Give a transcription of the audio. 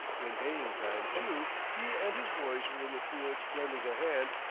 in haying time, too, he and his boys were in the fields lending a hand,